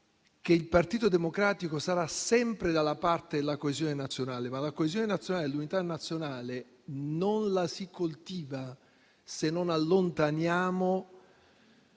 il Partito Democratico sarà sempre dalla parte della coesione nazionale, ma la coesione nazionale e l'unità nazionale non le si coltivano se non allontaniamo